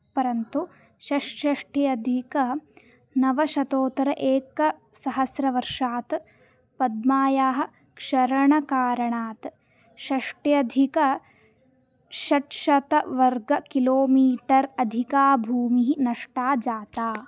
परन्तु षट्षट्याधिक नवशोत्तर एकसहस्रवर्षात् पद्मायाः क्षरणकारणात् षट्यधिकषट्शतवर्ग किलो मीटर् अधिका भूमिः नष्टा जाता